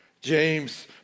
James